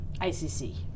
ICC